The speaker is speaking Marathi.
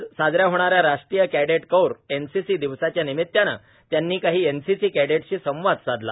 आज साजरा होणा या राष्ट्रीय कैडिट कोर एनसीसी दिवसाच्या निमितानं त्यांनी काही एनसीसी कॅडेटस् शी संवाद साधला